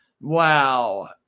Wow